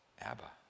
Abba